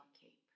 cape